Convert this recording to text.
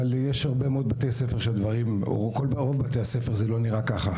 אבל יש הרבה מאוד בתי הספר שזה לא נראה ככה.